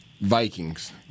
Vikings